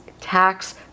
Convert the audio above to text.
tax